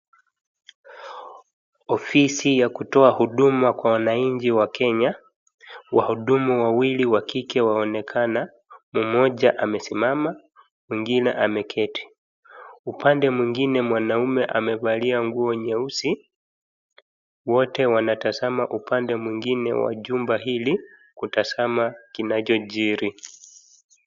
Ofisi ya kutoa huduma kwa wananchi wa Kenya. Wahudumu wawili wa kike waonekana, mmoja amesimama, mwingine ameketi. Upande mwingine mwanaume amevalia nguo nyeusi. Wote wanatazama upande mwingine wa jumba hili, kutazama kinachojiri.